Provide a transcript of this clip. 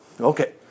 Okay